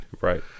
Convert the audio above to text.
Right